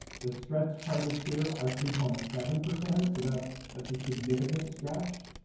the stretch targets here are three point seven percent, so that's that's a significant stretch.